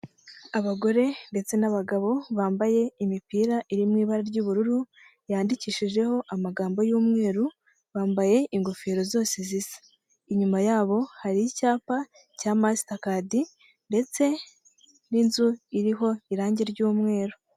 Abagore ndetse n'abagabo, bambaye imipira iri mu ibara ry'ubururu, yandikishijeho amagambo y'umweru, bambaye ingofero zose zisa. Inyuma yabo hari icyapa cya masitakadi ndetse n'inzu iriho irangi ry'umweru.